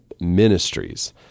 ministries